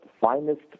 finest